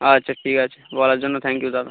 আচ্ছা ঠিক আছে বলার জন্য থ্যাঙ্ক ইউ দাদা